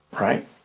Right